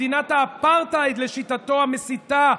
מדינת האפרטהייד המסיתה,